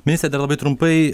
ministre dar labai trumpai